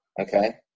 okay